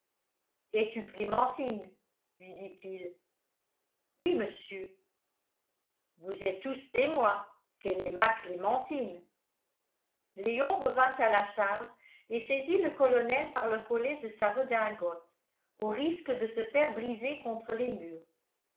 es-tu clémentine lui dit-il oui monsieur vous êtes tous témoins qu'elle est ma clémentine léon revint à la charge et saisit le colonel par le collet de sa redingote au risque de se faire briser contre les murs